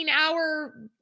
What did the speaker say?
hour